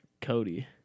Cody